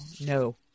no